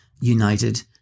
united